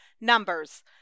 Numbers